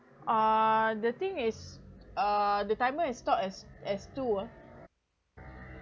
uh the thing is uh the timer is stop as as two ah